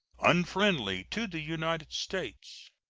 unfriendly to the united states.